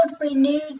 renewed